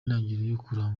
itangiriro